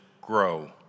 grow